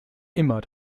immer